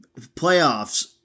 playoffs